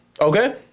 Okay